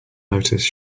notice